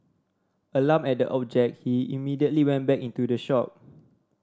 alarmed at the object he immediately went back into the shop